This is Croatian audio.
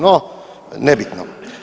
No nebitno.